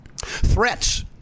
Threats